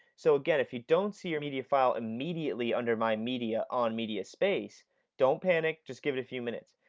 so again if you don't see your media file immediately under my media on mediaspace, don't panic. just give it a few minutes.